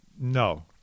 No